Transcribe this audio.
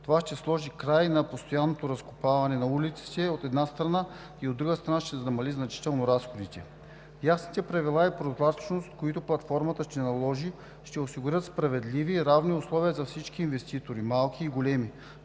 Това ще сложи край на постоянното разкопаване на улиците, от една страна, и, от друга страна, ще намали значително разходите. Ясните правила и прозрачност, които платформата ще наложи, ще осигурят справедливи и равни условия за всички инвеститори – малки и големи.